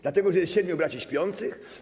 Dlatego, że jest siedmiu braci śpiących?